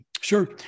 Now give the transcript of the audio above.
Sure